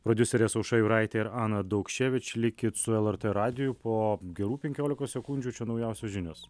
prodiuserės aušra juraitė ir ana daukševič likit su lrt radiju po gerų penkiolikos sekundžių čia naujausios žinios